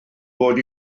bod